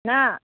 न